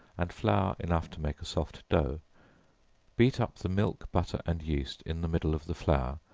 and flour enough to make a soft dough beat up the milk, butter and yeast in the middle of the flour,